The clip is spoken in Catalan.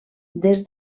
des